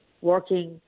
working